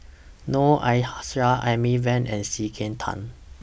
Noor Aishah Amy Van and C K Tang